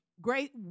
great